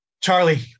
Charlie